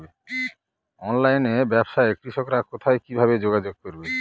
অনলাইনে ব্যবসায় কৃষকরা কোথায় কিভাবে যোগাযোগ করবে?